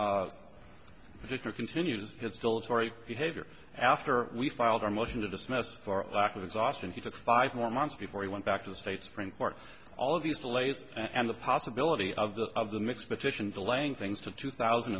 victor continues his dilatory behavior after we filed our motion to dismiss for lack of exhaustion he took five more months before he went back to the state supreme court all these delays and the possibility of the of the mix petition delaying things to two thousand